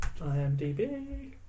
IMDb